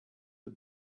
the